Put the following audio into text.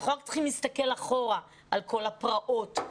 אנחנו רק צריכים להסתכל אחורה על כל הפרעות,